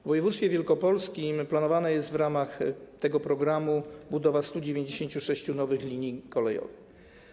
W województwie wielkopolskim planowana jest w ramach tego programu budowa 196 nowych linii kolejowych.